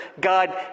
God